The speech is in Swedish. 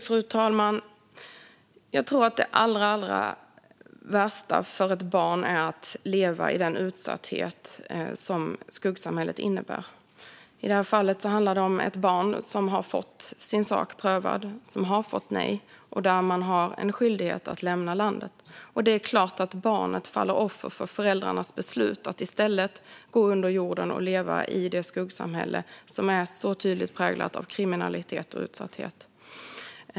Fru talman! Jag tror att det allra, allra värsta för ett barn är att leva i den utsatthet som skuggsamhället innebär. I det här fallet handlar det om ett barn som har fått sin sak prövad och fått nej. Man har då en skyldighet att lämna landet. Det är klart att barnet faller offer för föräldrarnas beslut att i stället gå under jorden och leva i det skuggsamhälle som är så tydligt präglat av kriminalitet och utsatthet.